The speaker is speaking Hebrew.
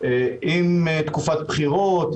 עם תקופת בחירות,